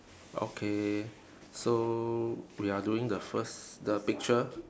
okay so we are doing the first the picture